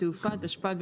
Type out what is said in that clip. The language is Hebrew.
החוק?